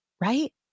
right